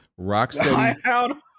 Rocksteady